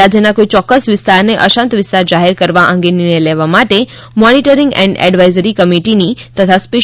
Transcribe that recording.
રાજ્યના કોઇ ચોક્કસ વિસ્તારને અશાંત વિસ્તાર જાહેર કરવા અંગે નિર્ણય લેવા માટે મોનિટરિંગ એન્ડ એડવાઈઝરી કમિટીની તથા સ્પે